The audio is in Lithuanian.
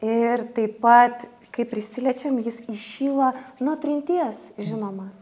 ir taip pat kai prisiliečiam jis įšyla nuo trinties žinoma